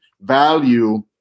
value